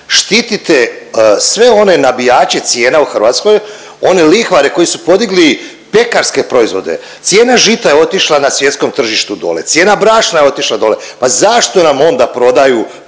štititi sve one nabijače cijena u Hrvatskoj, one lihvare koji su podigli pekarske proizvode, cijena žita je otišla na svjetskom tržištu dole, cijena brašna je otišla dole, pa zašto nam onda prodaju